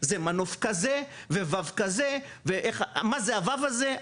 זה מנוף כזה ווו כזה ומה זה הוו הזה?